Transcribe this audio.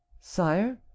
Sire